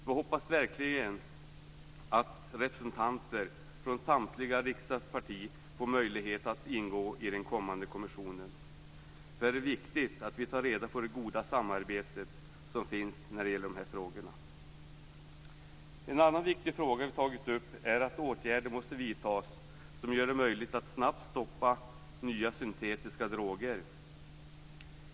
Vi hoppas verkligen att representanter från samtliga riksdagspartier får möjlighet att ingå i den kommande kommissionen, eftersom det är viktigt att vi tar reda på det goda samarbetet som finns när det gäller dessa frågor. En annan viktig fråga som vi har tagit upp är att åtgärder måste vidtas som gör det möjligt att snabbt stoppa nya syntetiska droger.